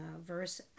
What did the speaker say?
verse